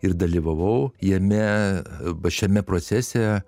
ir dalyvavau jame ba šiame procese